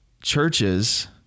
churches